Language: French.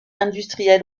industriels